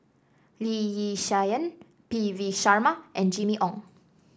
Lee Yi Shyan P V Sharma and Jimmy Ong